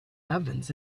ovens